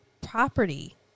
property